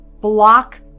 block